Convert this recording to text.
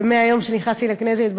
ומהיום שנכנסתי לכנסת,